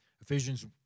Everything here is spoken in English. Ephesians